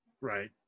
Right